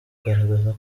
kugaragaza